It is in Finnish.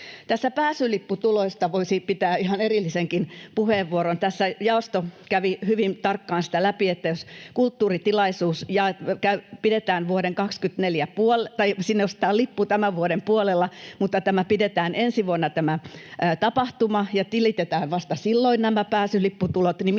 Pääsylipputuloista voisi pitää ihan erillisenkin puheenvuoron. Tässä jaosto kävi hyvin tarkkaan sitä läpi, että jos kulttuuritilaisuuteen ostetaan lippu tämän vuoden puolella mutta tämä tapahtuma pidetään ensi vuonna ja nämä pääsylipputulot